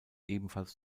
ebenfalls